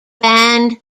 band